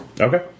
Okay